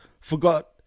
forgot